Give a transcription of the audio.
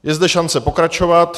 Je zde šance pokračovat.